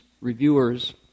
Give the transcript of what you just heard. reviewers